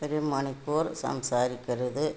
ഒരു മണിക്കൂർ സംസാരിക്കരുത്